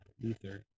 Luther